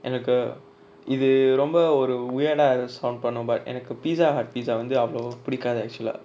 எனக்கு இது ரொம்ப ஒரு:enaku ithu romba oru weird ah restaurant பன்னு:pannu but எனக்கு:enaku pizza hut pizza வந்து அவளோ புடிக்காது:vanthu avalo pudikathu actual ah